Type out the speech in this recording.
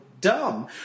dumb